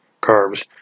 carbs